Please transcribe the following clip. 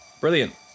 Brilliant